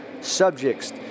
subjects